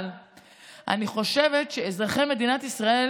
אבל אני חושבת שאזרחי מדינת ישראל